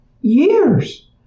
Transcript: years